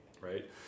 right